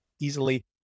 easily